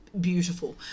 Beautiful